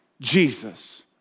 Jesus